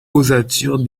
ossature